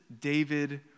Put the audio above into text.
David